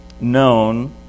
known